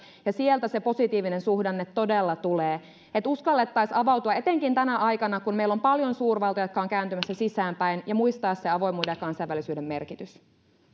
ja sieltä se positiivinen suhdanne todella tulevat että uskallettaisiin avautua etenkin tänä aikana kun meillä on paljon suurvaltoja jotka ovat kääntymässä sisäänpäin ja muistettaisiin avoimuuden ja kansainvälisyyden merkitys